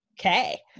Okay